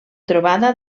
trobada